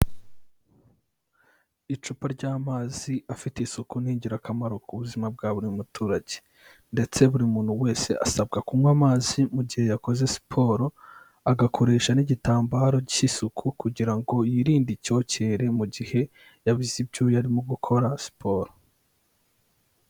Icupa ry'amazi afite isuku ni ingirakamaro ku buzima bwa buri muturage. Ndetse buri muntu wese asabwa kunywa amazi mu gihe yakoze siporo, agakoresha n'igitambaro cy'isuku kugira ngo yirinde icyokere mu gihe yabize ibyuya arimo gukora siporo.